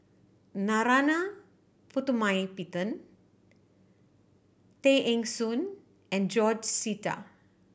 Narana Putumaippittan Tay Eng Soon and George Sita